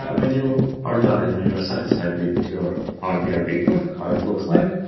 um when you are done and when you are satisfied with your power bi report, how it looks like,